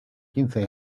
quince